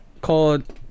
called